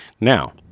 Now